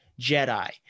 Jedi